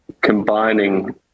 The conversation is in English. combining